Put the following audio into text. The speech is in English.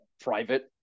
Private